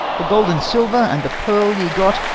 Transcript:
the gold and silver, and the pearl, ye got,